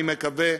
אני מקווה,